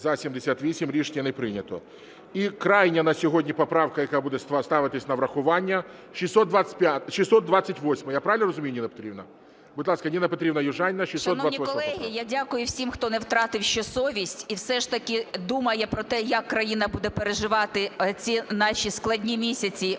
За-78 Рішення не прийнято. І крайня на сьогодні поправка, яка буде ставитися на врахування, 628-а. Я правильно розумію, Ніна Петрівна? Будь ласка, Ніна Петрівна Южаніна, 628